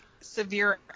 severe